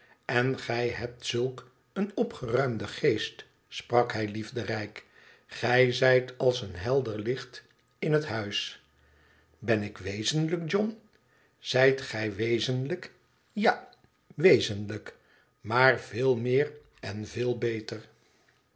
en gij hebt zulk een opgeruimden geest sprak hij liefderijk gij zijt als een helder licht in het huis ben ik wezenlijk john f izijt gij wezenlijk i ja wezenlijk maar veel meer en veel beter